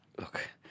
look